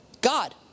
God